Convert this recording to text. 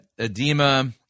edema